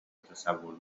تصور